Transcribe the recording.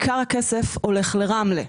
עיקר הכסף הולך לרמלה.